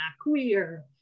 queer